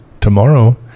tomorrow